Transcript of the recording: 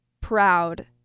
proud